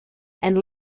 and